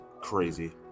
crazy